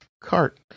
cart